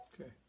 Okay